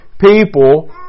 people